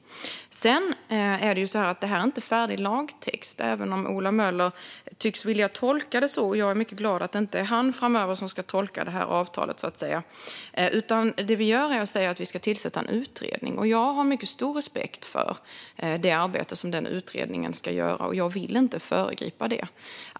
Sedan är det ju så att detta inte är färdig lagtext, även om Ola Möller tycks vilja tolka det så. Jag är mycket glad åt att det inte är han som ska tolka det här avtalet framöver. Vi säger att vi ska tillsätta en utredning. Jag har mycket stor respekt för arbetet som utredningen ska göra och vill inte föregripa det.